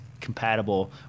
Compatible